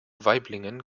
waiblingen